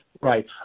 Right